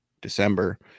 December